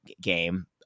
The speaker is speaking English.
game